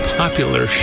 popular